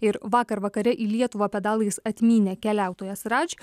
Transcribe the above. ir vakar vakare į lietuvą pedalais atmynė keliautojas rač